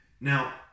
Now